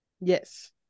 yes